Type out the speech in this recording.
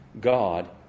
God